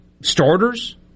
starters